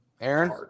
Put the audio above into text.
Aaron